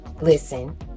listen